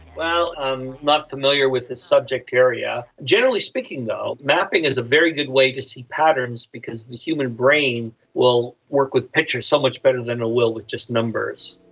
well, i'm not familiar with this subject area. generally speaking though, mapping is a very good way to see patterns because the human brain will work with pictures so much better than it will with just numbers.